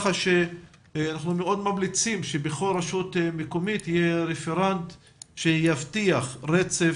אנחנו מאוד ממליצים שבכל רשות מקומית יהיה רפרנט שיבטיח רצף